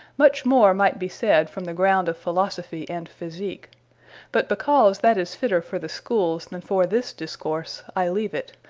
much more might be said from the ground of philosophy, and physique but because that is fitter for the schooles, than for this discourse i leave it,